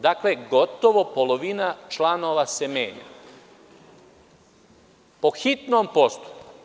Dakle, gotovo polovina članova se menja po hitnom postupku.